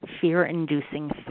fear-inducing